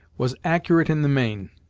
was accurate in the main.